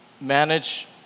manage